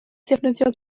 ddefnyddio